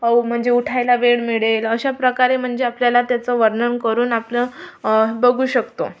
म्हणजे उठायला वेळ मिळेल अशा प्रकारे म्हणजे आपल्याला त्याचं वर्णन करून आपलं बघू शकतो